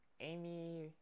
Amy